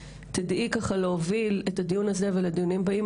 ושתדעי ככה להוביל את הדיון הזה ואת הדיונים הבאים,